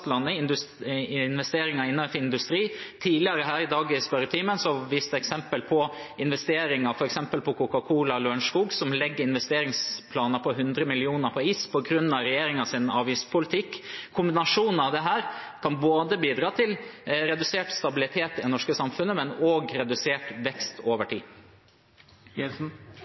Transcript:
investeringer innenfor industri. Tidligere i spørretimen her i dag ble det vist til Coca-Cola på Lørenskog, som legger investeringsplaner for 100 mill. kr på is på grunn av regjeringens avgiftspolitikk. Kombinasjonen av dette kan bidra både til redusert stabilitet i det norske samfunnet og til redusert vekst over